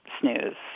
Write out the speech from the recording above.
snooze